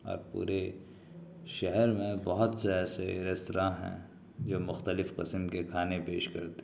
اور پورے شہر میں بہت سے ایسے ریستوراں ہیں جو مختلف پسند کے کھانے پیش کرتے ہیں